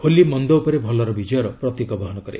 ହୋଲି ମନ୍ଦ ଉପରେ ଭଲର ବିଜୟର ପ୍ରତୀକ ବହନ କରେ